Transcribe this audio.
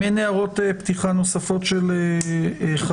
אם אין הערות פתיחה נוספות של חברי